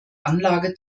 anlage